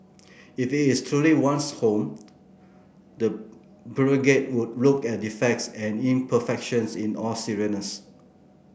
if it is truly one's home the bureaucrat would look at defects and imperfections in all seriousness